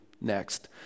next